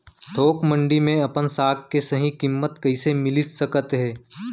थोक मंडी में अपन साग के सही किम्मत कइसे मिलिस सकत हे?